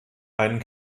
einen